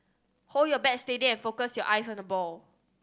hold your bat steady and focus your eyes on the ball